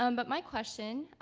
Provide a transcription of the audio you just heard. um but my question,